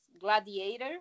Gladiator